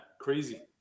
crazy